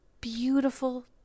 beautiful